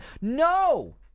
No